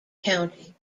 county